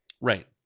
Right